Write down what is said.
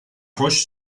roche